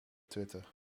twitter